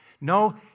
No